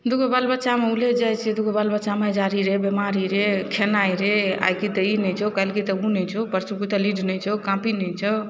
दुइ गो बाल बच्चामे उलझि जाइ छिए दुइ गो बाल बच्चामे अचारी रे बेमारी रे खेनाइ रे आइ कि तऽ ई नहि छै काल्हि कि तऽ ओ नहि छै परसू कि तऽ लीड नहि छै कौपी नहि छै